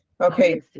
Okay